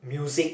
music